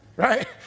right